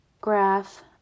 graph